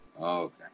Okay